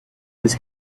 his